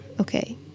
okay